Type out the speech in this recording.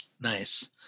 Nice